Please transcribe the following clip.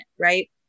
right